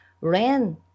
ran